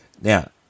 Now